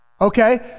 Okay